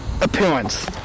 appearance